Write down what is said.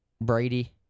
Brady